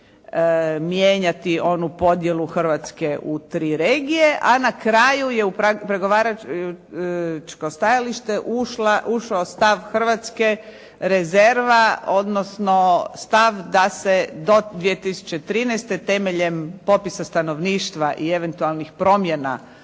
mijenjati onu podjelu Hrvatske u tri regije, a na kraju je u pregovaračko stajalište ušao stav Hrvatske rezerva, odnosno stav da se do 2013. temeljem popisa stanovništva i eventualnih promjena